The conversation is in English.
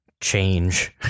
change